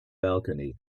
balcony